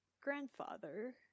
grandfather